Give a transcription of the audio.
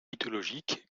mythologique